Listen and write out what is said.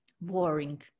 boring